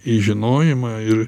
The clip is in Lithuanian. į žinojimą ir